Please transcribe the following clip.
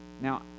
Now